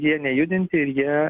jie nejudinti ir jie